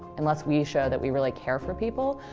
unless we show that we really care for people,